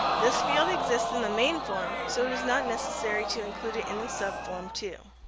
this field exists in the main form, so it is not necessary to include it in the subform too.